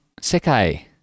Sekai